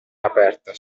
aperta